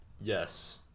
Yes